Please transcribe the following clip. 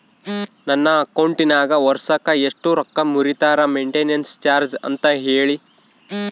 ನನ್ನ ಅಕೌಂಟಿನಾಗ ವರ್ಷಕ್ಕ ಎಷ್ಟು ರೊಕ್ಕ ಮುರಿತಾರ ಮೆಂಟೇನೆನ್ಸ್ ಚಾರ್ಜ್ ಅಂತ ಹೇಳಿ?